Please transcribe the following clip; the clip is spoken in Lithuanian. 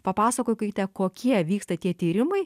papasakokite kokie vyksta tie tyrimai